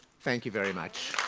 thank you very much.